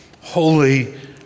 holy